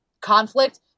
conflict